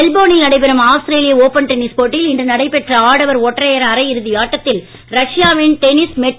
மெல்போர்னில் நடைபெறும் Australian open tennis போட்டியில் இன்று நடைபெற்ற ஆடவர் ஒற்றையர் அரை இறுதி ஆட்டத்தில் ரஷ்யாவின் டெனில் மெட்வெடேவ் வெற்றிபெற்றார்